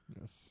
Yes